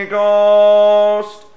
Ghost